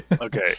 Okay